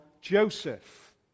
Joseph